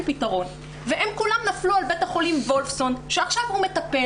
פתרון והם כולם נפלו על בית החולים וולפסון שעכשיו הוא מטפל